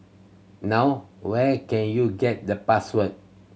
now where can you get the password